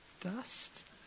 dust